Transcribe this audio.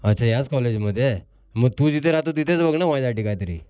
अच्छा ह्याच कॉलेजमध्ये आहे मग तू जिथे राहतो तिथेच बघ ना माझ्यासाठी काहीतरी